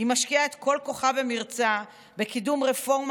היא משקיעה את כל כוחה ומרצה בקידום רפורמה